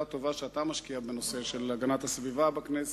הטובה שאתה משקיע בנושא הגנת הסביבה בכנסת,